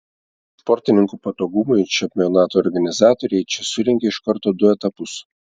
sportininkų patogumui čempionato organizatoriai čia surengė iš karto du etapus